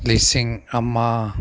ꯂꯤꯁꯤꯡ ꯑꯃ